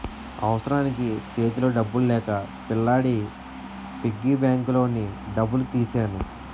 అవసరానికి సేతిలో డబ్బులు లేక పిల్లాడి పిగ్గీ బ్యాంకులోని డబ్బులు తీసెను